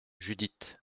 judith